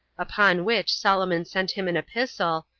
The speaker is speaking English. upon which solomon sent him an epistle,